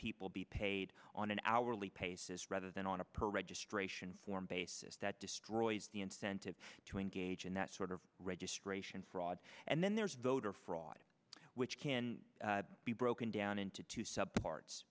people be paid on an hourly paces rather than on a per registration form basis that destroys the incentive to engage in that sort of registration fraud and then there's voter fraud which can be broken down into two subparts